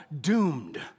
doomed